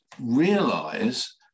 realize